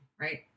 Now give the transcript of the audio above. Right